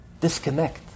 disconnect